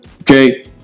Okay